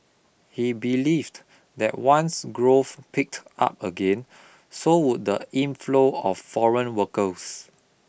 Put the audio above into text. he believed that once growth picked up again so would the inflow of foreign workers